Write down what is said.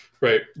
right